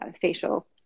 facial